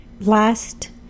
last